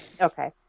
Okay